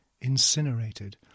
incinerated